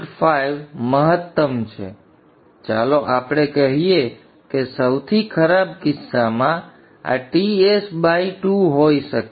5 મહત્તમ છે તેથી ચાલો આપણે કહીએ કે સૌથી ખરાબ કિસ્સામાં આ Ts by 2 હોઈ શકે છે